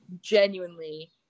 genuinely